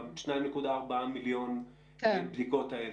ה-2.4 מיליון בדיקות האלה.